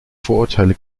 vorurteile